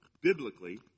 biblically